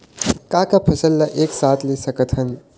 का का फसल ला एक साथ ले सकत हन?